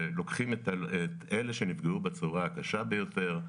שלוקחים את אלה שנפגעו בצורה הקשה ביותר,